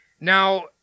Now